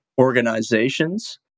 organizations